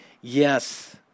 yes